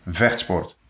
vechtsport